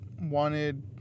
wanted